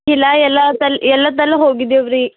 ಕಿಲ ಎಲ್ಲ ತಲ್ ಎಲ್ಲ ತಲ್ಲು ಹೋಗಿದ್ದೀವಿ ರೀ